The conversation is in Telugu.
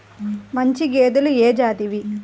మంచి గేదెలు ఏ జాతివి?